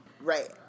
Right